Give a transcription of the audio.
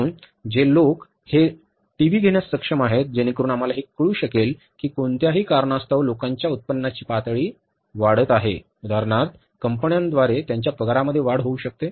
म्हणून जे लोक हे लोक टीव्ही घेण्यास सक्षम आहेत जेणेकरुन आम्हाला हे कळू शकेल की कोणत्याही कारणास्तव लोकांच्या उत्पन्नाची पातळी वाढत आहे उदाहरणार्थ कंपन्यांद्वारे त्यांच्या पगारामध्ये वाढ होऊ शकते